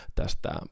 tästä